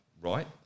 right